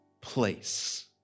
place